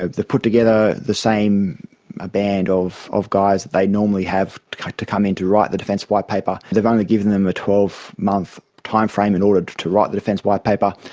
they've put together the same ah band of of guys that they normally have to come in to write the defence white paper. they've only given them a twelve month timeframe in order to write the defence white paper.